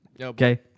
Okay